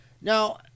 Now